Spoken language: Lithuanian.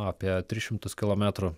apie tris šimtus kilometrų